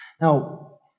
Now